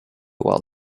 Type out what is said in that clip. well